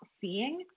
seeing